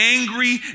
angry